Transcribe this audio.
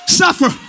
suffer